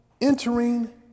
entering